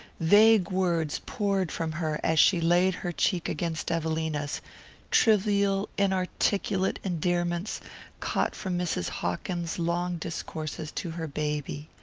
vague words poured from her as she laid her cheek against evelina's trivial inarticulate endearments caught from mrs. hawkins's long discourses to her baby.